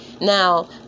Now